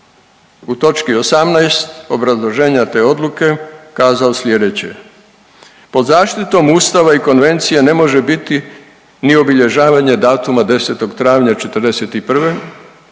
u točki 18. obrazloženja te odluke kazao sljedeće: „Pod zaštitom Ustava i konvencije ne može biti ni obilježavanje datuma 10. travnja '41.